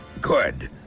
Good